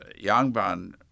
Yangban